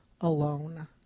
alone